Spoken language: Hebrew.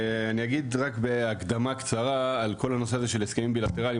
אני אגיד רק בהקדמה קצרה על כל הנושא של הסכמים בילטרליים